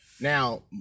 Now